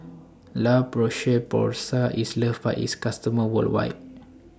La Roche Porsay IS loved By its customers worldwide